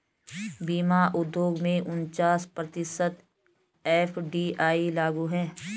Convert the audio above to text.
बीमा उद्योग में उनचास प्रतिशत एफ.डी.आई लागू है